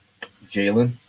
Jalen